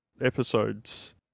episodes